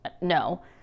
no